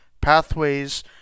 pathways